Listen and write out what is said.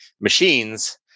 machines